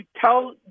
tell